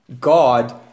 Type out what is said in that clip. God